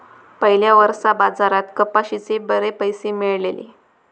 पयल्या वर्सा बाजारात कपाशीचे बरे पैशे मेळलले